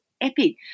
epic